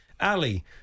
Ali